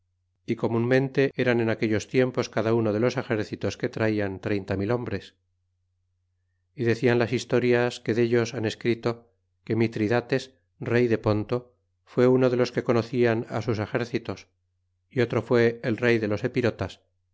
naturales comunmente eran en aquellos tiempos cada uno de los exercitos que traian treinta mil hm bres y decian las historias que dellos han escrito que mitridates rey de ponto fue uno de los que conocian sus exércitos y otro fue el rey de los epirotas